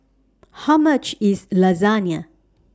How much IS Lasagna